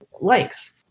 likes